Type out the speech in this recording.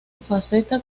faceta